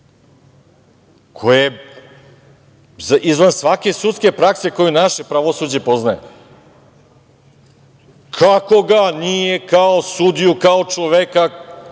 je iznad svake sudske prakse koju naše pravosuđe poznaje - kako ga nije kao sudiju, kao čoveka,